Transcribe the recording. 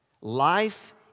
Life